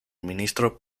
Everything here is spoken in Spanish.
ministro